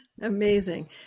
Amazing